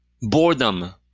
Boredom